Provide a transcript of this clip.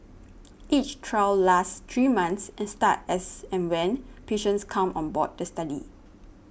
each trial lasts three months and start as and when patients come on board the study